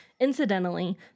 Incidentally